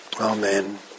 amen